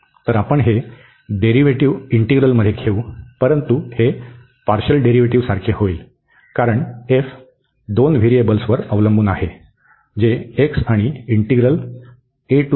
तर आपण हे डेरीव्हेटिव इंटीग्रल मध्ये घेऊ परंतु हे पार्शल डेरीव्हेटिवसारखे होईल कारण f दोन व्हेरिएबल्सवर अवलंबून आहे जे x आणि आहेत